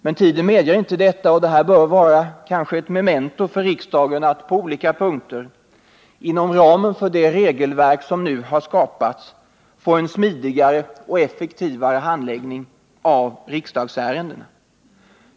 Men tiden medger inte detta, och det bör kanske vara ett memento för riksdagen att på olika punkter inom ramen för det regelverk som nu har skapats få en smidigare och effektivare handläggning av riksdagsärendena.